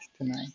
tonight